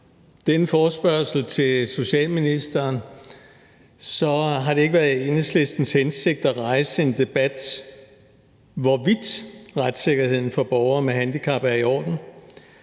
denne forespørgsel til social- og ældreministeren har det ikke været Enhedslistens hensigt at rejse en debat om, hvorvidt retssikkerheden for borgere med handicap er i orden.